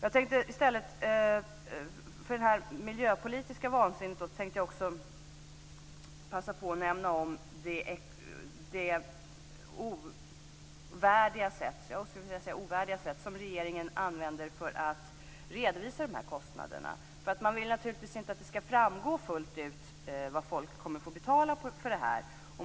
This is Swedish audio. I stället för det miljöpolitiska vansinnet tänkte jag passa på att nämna det, skulle jag vilja säga, ovärdiga sätt som regeringen använder för att redovisa de här kostnaderna. Man vill naturligtvis inte att det ska framgå fullt ut vad folk kommer att få betala för det här.